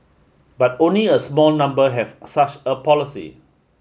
but only a small number have such a policy